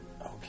Okay